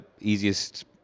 easiest